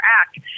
act